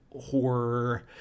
horror